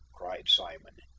cried simon.